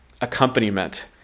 accompaniment